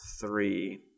three